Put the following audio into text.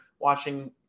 watching